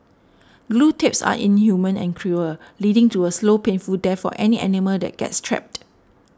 glue traps are inhumane and cruel leading to a slow painful death for any animal that gets trapped